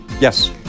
Yes